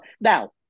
Now